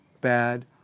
bad